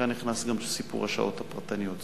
כאן נכנס גם סיפור השעות הפרטניות.